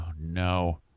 no